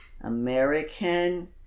American